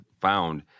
found